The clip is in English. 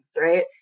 right